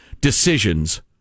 decisions